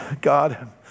God